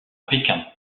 pékin